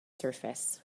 surface